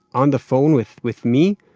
on the phone. with with me!